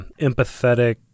empathetic